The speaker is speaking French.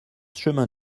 chemin